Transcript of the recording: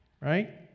Right